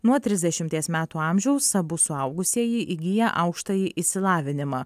nuo trisdešimties metų amžiaus abu suaugusieji įgiję aukštąjį išsilavinimą